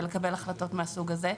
ולקבל החלטות מהסוג הזה.